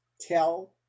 tell